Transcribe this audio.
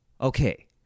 Okay